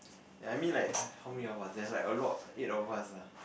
ya I mean like uh how many of us there's like a lot eight of us ah